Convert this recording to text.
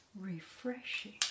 refreshing